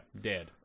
dead